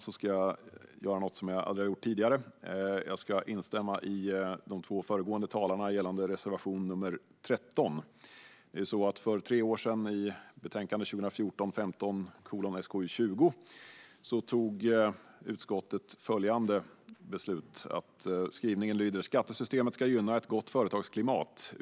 Nu ska jag göra något som jag aldrig har gjort tidigare och instämma med de två föregående talarna gällande reservation nr 13. För tre år sedan beslutade utskottet om en skrivning i betänkande 2014/15:SkU20 med följande lydelse: "Skattesystemet ska gynna ett gott företagsklimat.